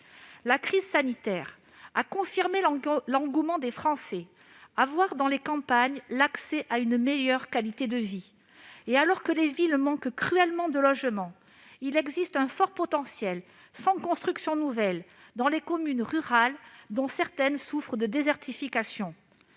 La crise sanitaire a confirmé l'engouement des Français à voir dans les campagnes l'accès à une meilleure qualité de vie. Alors que les villes manquent cruellement de logements, il existe un fort potentiel, sans construction nouvelle, dans les communes rurales, dont certaines souffrent de désertification.